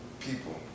people